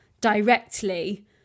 directly